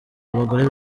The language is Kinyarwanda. abagore